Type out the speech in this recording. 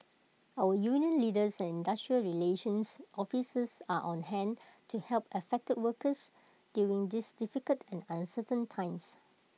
our union leaders and industrial relations officers are on hand to help affected workers during these difficult and uncertain times